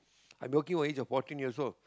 I been working from age of fourteen years old